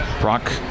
Brock